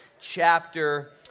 chapter